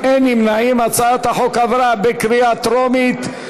להעביר את הצעת חוק למניעת פגיעה במדינת ישראל באמצעות חרם (תיקון,